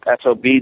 sob